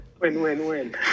win-win-win